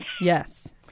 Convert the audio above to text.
Yes